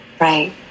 Right